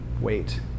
Wait